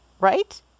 right